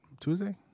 Tuesday